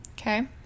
Okay